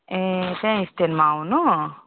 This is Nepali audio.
ए त्यहीँ स्ट्यान्डमा आउनु